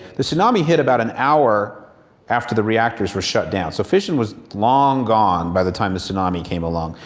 the tsunami hit about an hour after the reactors were shut down. so fission was long gone by the time the tsunami came along,